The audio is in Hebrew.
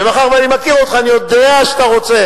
ומאחר שאני מכיר אותך, אני יודע שאתה רוצה